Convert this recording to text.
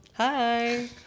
Hi